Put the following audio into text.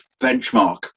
benchmark